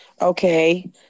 Okay